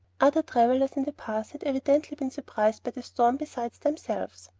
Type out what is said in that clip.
other travellers in the pass had evidently been surprised by the storm besides themselves.